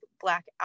Black